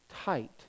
tight